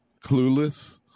clueless